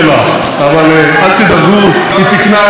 אבל אל תדאגו, היא תיקנה את זה מייד.